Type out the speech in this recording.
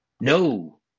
No